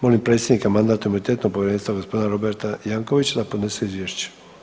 Molim predsjednika Mandatno-imunitetnog povjerenstva gospodina Roberta Jankovića da podnese izvješće.